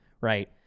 right